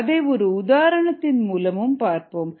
அதை ஒரு உதாரணத்தின் மூலம் பார்ப்போம்